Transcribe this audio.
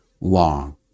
long